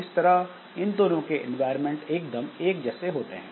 इस तरह इन दोनों के एनवायरमेंट एकदम एक जैसे होते हैं